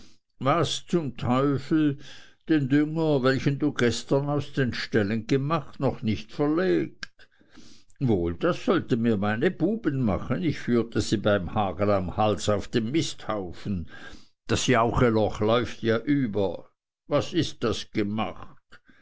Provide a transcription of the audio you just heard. was zum teufel den mist welchen du gestern aus den ställen gemacht noch nicht verlegt wohl das sollten mir meine buben machen ich führte sie beim hagel am hals auf den misthaufen das jaucheloch läuft ja über was ist das gemacht